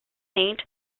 saint